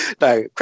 No